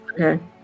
Okay